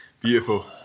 beautiful